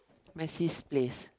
my sis place